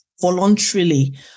voluntarily